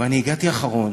ואני הגעתי אחרון,